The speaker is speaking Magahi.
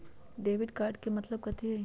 डेबिट कार्ड के मतलब कथी होई?